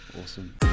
Awesome